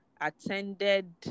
attended